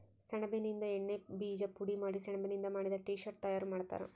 ಸೆಣಬಿನಿಂದ ಎಣ್ಣೆ ಬೀಜ ಪುಡಿ ಸೆಣಬಿನಿಂದ ಮಾಡಿದ ಟೀ ಶರ್ಟ್ ತಯಾರು ಮಾಡ್ತಾರ